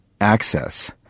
access